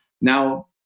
now